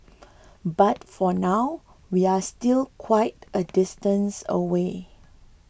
but for now we're still quite a distance away